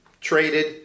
traded